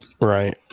Right